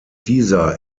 dieser